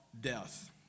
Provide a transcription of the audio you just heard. death